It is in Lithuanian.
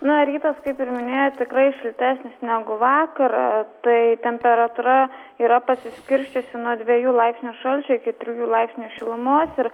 na rytas kaip ir namie tikrai šiltesnis negu vakarą tai temperatūra yra pasiskirsčiusi nuo dviejų laipsnių šalčio iki trijų laipsnių šilumos ir